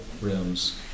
rooms